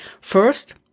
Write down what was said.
First